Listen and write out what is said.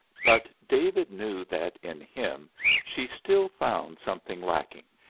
but david knew that in him she still found something lacking,